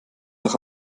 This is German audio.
doch